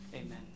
Amen